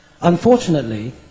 Unfortunately